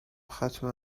ختم